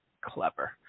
Clever